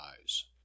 eyes